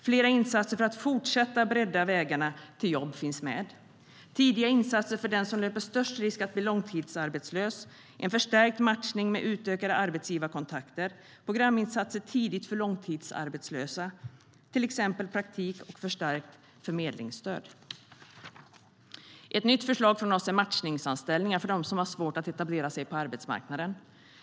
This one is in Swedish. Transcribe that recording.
Flera insatser för att fortsätta bredda vägarna till jobb finns med: tidiga insatser för den som löper störst risk att bli långtidsarbetslös, en förstärkt matchning med utökade arbetsgivarkontakter och programinsatser tidigt för långtidsarbetslösa, till exempel praktik och förstärkt förmedlingsstöd. Ett nytt förslag från oss är matchningsanställningar för dem som har svårt att etablera sig på arbetsmarknaden.